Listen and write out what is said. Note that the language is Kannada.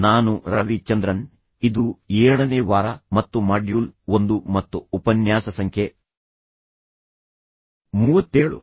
ನಾನು ರವಿ ಚಂದ್ರನ್ ಇದು ಏಳನೇ ವಾರ ಮತ್ತು ಮಾಡ್ಯೂಲ್ ಒಂದು ಮತ್ತು ಉಪನ್ಯಾಸ ಸಂಖ್ಯೆ ಮೂವತ್ತೇಳು